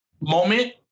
moment